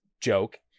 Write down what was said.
joke